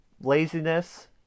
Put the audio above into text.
laziness